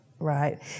right